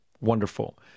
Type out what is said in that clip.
Wonderful